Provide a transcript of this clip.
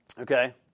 Okay